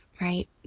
Right